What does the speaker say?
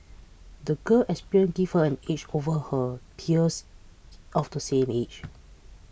the girl experiences gave her an edge over her peers of the same age